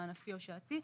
מענפי או שעתי,